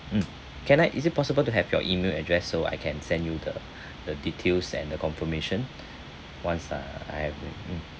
mm can I is it possible to have your email address so I can send you the the details and the confirmation once uh I have mm